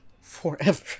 forever